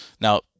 Now